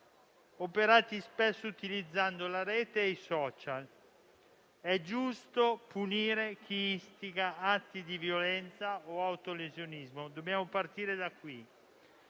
operati spesso utilizzando la Rete e i *social.* È giusto punire chi istiga atti di violenza o autolesionismo. Dobbiamo partire da questo.